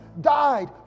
died